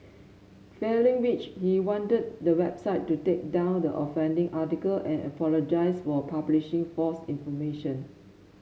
failing which he wanted the website to take down the offending article and apologise for publishing false information